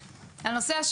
אז זה נושא אחד.